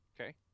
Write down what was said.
Okay